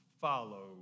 follow